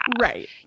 Right